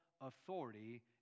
authority